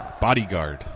bodyguard